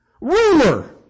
Ruler